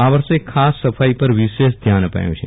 આ વર્ષે બાહ્ય સફાઈ પર વિશેષ ધ્યાન અપાયુ છે